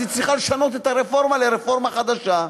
אז היא צריכה לשנות את הרפורמה לרפורמה חדשה.